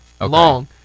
long